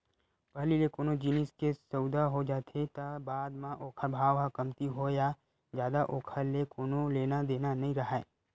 पहिली ले कोनो जिनिस के सउदा हो जाथे त बाद म ओखर भाव ह कमती होवय या जादा ओखर ले कोनो लेना देना नइ राहय